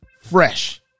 fresh